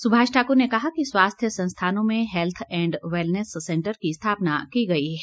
सुभाष ठाकुर ने कहा कि स्वास्थ्य संस्थानों में हेल्थ एंड वैलनेस सेंटर की स्थापना की गई है